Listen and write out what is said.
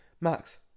Max